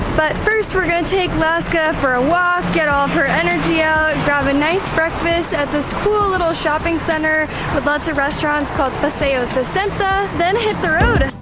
but first we're gonna take laska for a walk, get all of her energy out, grab a nice breakfast at this cool little shopping center with lots of restaurants called paseo so sixty, then hit the road.